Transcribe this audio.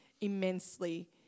immensely